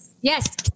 yes